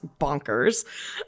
bonkers